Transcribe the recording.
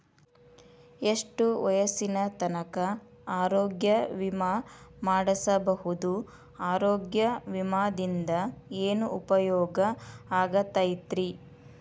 ಎಷ್ಟ ವಯಸ್ಸಿನ ತನಕ ಆರೋಗ್ಯ ವಿಮಾ ಮಾಡಸಬಹುದು ಆರೋಗ್ಯ ವಿಮಾದಿಂದ ಏನು ಉಪಯೋಗ ಆಗತೈತ್ರಿ?